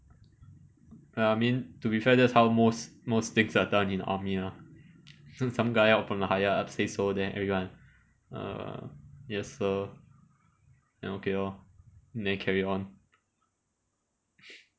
I mean to be fair that's how most most things are done in army ah some guy up from the higher up said so then everyone err yes sir then okay lor then carry on